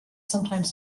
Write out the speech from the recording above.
sometimes